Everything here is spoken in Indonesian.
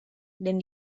dan